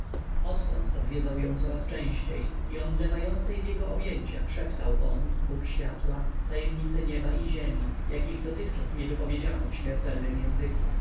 odtąd nawiedzał ją coraz częściej i omdlewającej w jego objęciach szeptał on bóg światła tajemnice nieba i ziemi jakich dotychczas nie wypowiedziano w śmiertelnym języku